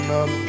up